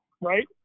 right